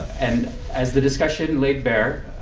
and as the discussion laid bare,